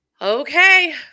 Okay